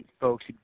folks